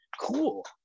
cool